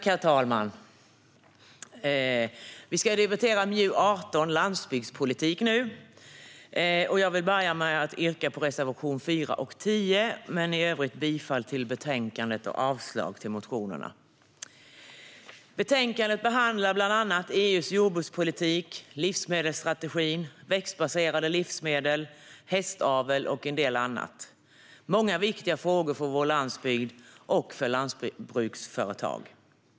Herr talman! Vi debatterar nu MJU18 Landsbygdspolitik . Jag yrkar bifall till reservationerna 4 och 10 och i övrigt bifall till utskottets förslag. Betänkandet behandlar EU:s jordbrukspolitik, livsmedelsstrategin, växtbaserade livsmedel, hästavel och en del annat. Det är viktiga frågor för vår landsbygd och våra lantbruksföretag.